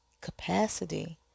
Capacity